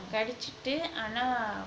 கடச்சிட்டு ஆனா:kadachittu aana